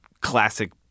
classic